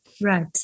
Right